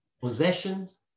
possessions